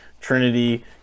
Trinity